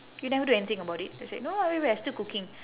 you never do anything about it then he said no wait wait I still cooking